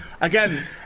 again